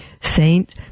Saint